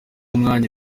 umwanya